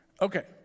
Okay